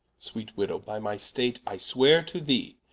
sweet widow, by my state i sweare to thee,